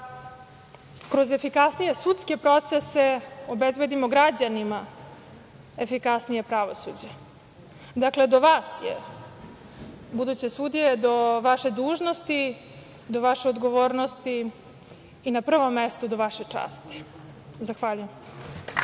kroz efikasnije sudske procese obezbedimo građanima efikasnije pravosuđe. Dakle, do vas je, buduće sudije, do vaše dužnosti, do vaše odgovornosti i na prvom mestu do vaše časti. Zahvaljujem.